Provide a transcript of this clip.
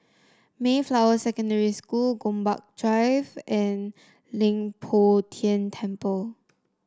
Mayflower Secondary School Gombak Drive and Leng Poh Tian Temple